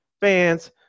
fans